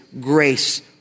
grace